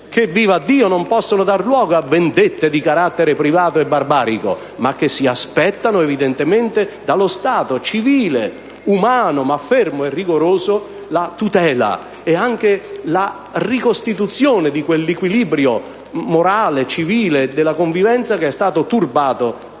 a Dio! - non possono dare luogo a vendette di carattere privato e barbarico ma che si aspettano dallo Stato civile, umano, ma fermo e rigoroso, la tutela, come anche la ricostituzione di quell'equilibrio morale e civile della convivenza che è stato turbato